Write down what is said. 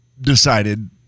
decided